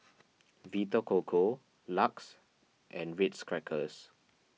Vita Coco Lux and Ritz Crackers